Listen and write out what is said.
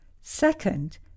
Second